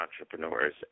entrepreneurs